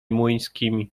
młyńskimi